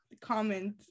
comment